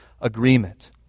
agreement